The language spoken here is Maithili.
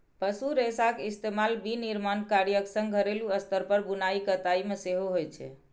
पशु रेशाक इस्तेमाल विनिर्माण कार्यक संग घरेलू स्तर पर बुनाइ कताइ मे सेहो होइ छै